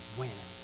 win